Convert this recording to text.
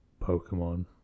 Pokemon